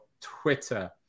Twitter